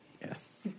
Yes